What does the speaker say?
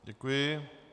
Děkuji.